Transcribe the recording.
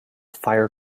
fire